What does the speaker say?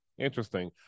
Interesting